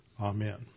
Amen